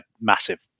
massive